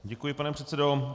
Děkuji, pane předsedo.